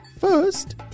First